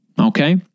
okay